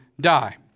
die